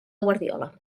guardiola